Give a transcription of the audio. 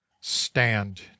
stand